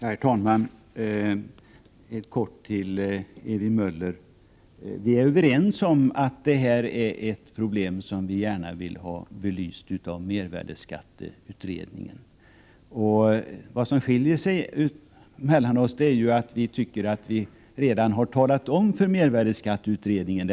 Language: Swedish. Herr talman! Helt kort vill jag säga till Ewy Möller att vi båda är överens om att detta är ett problem som vi gärna vill få belyst av mervärdeskatteutredningen. Vad som skiljer oss åt är att jag tycker att riksdagen redan har talat om detta för mervärdeskatteutredningen.